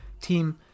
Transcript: team